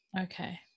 okay